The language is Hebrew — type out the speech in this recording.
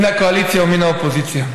מן הקואליציה ומן האופוזיציה.